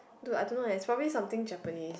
dude I don't know eh it's probably something Japanese